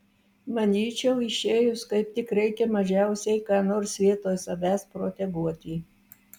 manyčiau išėjus kaip tik reikia mažiausiai ką nors vietoj savęs proteguoti